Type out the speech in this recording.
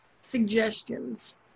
suggestions